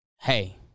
Hey